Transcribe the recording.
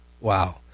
Wow